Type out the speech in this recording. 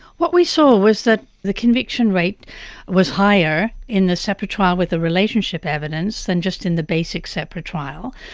what we saw was that the conviction rate was higher in the separate trial with the relationship evidence than just in the basic separate trial.